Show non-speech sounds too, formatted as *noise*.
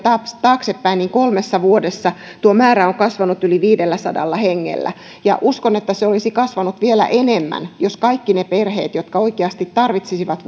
taaksepäin niin kolmessa vuodessa tuo määrä on kasvanut yli viidelläsadalla hengellä ja uskon että se olisi kasvanut vielä enemmän jos kaikki ne perheet jotka oikeasti tarvitsisivat *unintelligible*